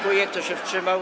Kto się wstrzymał?